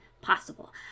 possible